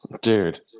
dude